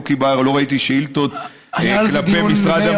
לא ראיתי שאילתות כלפי משרד המשפטים.